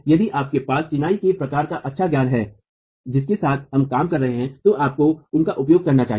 यदि हमारे पास चिनाई के प्रकार का अच्छा ज्ञान है जिसके साथ हम काम कर रहे हैं तो आपको उनका उपयोग करना चाहिए